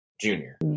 junior